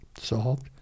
solved